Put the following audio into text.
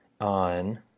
on